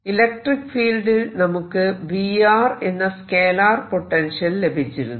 electric ഫീൽഡിൽ നമുക്ക് V എന്ന സ്കേലാർ പൊട്ടൻഷ്യൽ ലഭിച്ചിരുന്നു